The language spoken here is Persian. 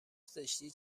زشتی